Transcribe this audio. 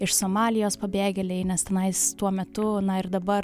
iš somalijos pabėgėliai nes tenais tuo metu na ir dabar